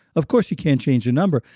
of course you can't change the number.